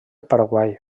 paraguai